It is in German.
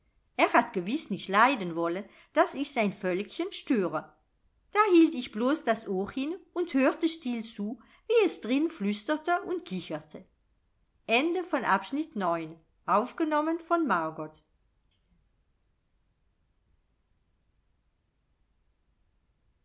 er hat gewiß nicht leiden wollen daß ich sein völkchen störe da hielt ich blos das ohr hin und hörte still zu wie es drin flüsterte und kicherte